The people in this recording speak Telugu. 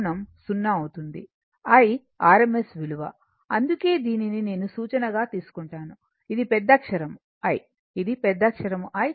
I rms విలువ అందుకే దీనిని నేను సూచనగా తీసుకుంటాను ఇది పెద్దక్షరం I ఇది పెద్దక్షరం I